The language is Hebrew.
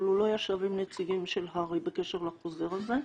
אבל הוא לא ישב עם נציגים של הר"י בקשר לחוזר הזה.